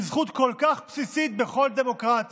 שהיא זכות כל כך בסיסית בכל דמוקרטיה